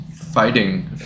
fighting